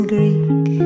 Greek